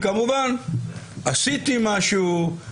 כמובן עשיתי משהו, השתדלנו,